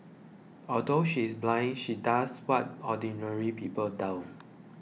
although she is blind she does what ordinary people don't